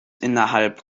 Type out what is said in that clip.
innerhalb